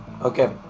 Okay